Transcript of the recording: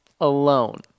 alone